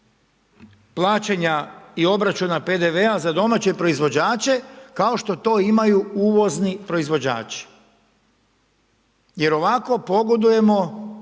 plaćanja i obračuna PDV-a za domaće proizvođače, kao što to imaju uvozni proizvođači. Jer ovako pogodujemo